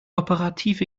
operative